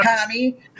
Tommy